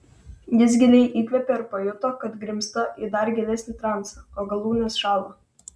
jis giliai įkvėpė ir pajuto kad grimzta į dar gilesnį transą o galūnės šąla